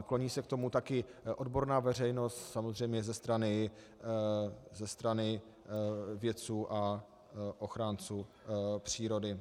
Kloní se k tomu také odborná veřejnost samozřejmě ze strany vědců a ochránců přírody.